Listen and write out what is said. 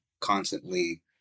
constantly